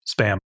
spam